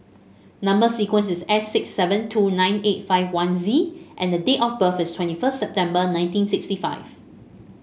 number sequence is S six seven two nine eight five one Z and the date of birth is twenty first September nineteen sixty five